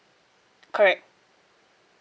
correct